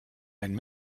ein